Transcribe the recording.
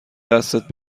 دستت